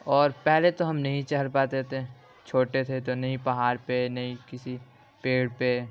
اور پہلے تو ہم نہیں چڑھ پاتے تھے چھوٹے تھے تو نہیں پہار پہ نا ہی کسی پیڑ پہ